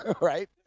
right